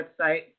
website